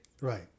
Right